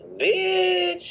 Bitch